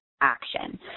action